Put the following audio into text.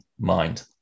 mind